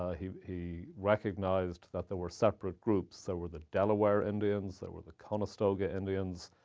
ah he he recognized that there were separate groups. there were the delaware indians. there were the conestoga indians.